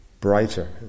brighter